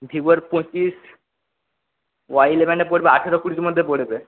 ভিভোর পঁচিশ ওয়াই ইলেভেনে পড়বে আঠারো কুড়ির মধ্যে পড়বে